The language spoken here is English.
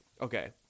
Okay